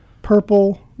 Purple